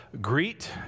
greet